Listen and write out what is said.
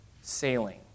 sailing